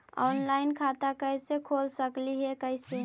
Online खाता कैसे खोल सकली हे कैसे?